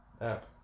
app